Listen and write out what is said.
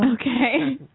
Okay